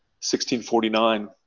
1649